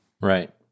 Right